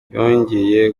yongeraho